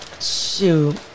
shoot